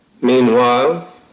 Meanwhile